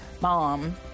mom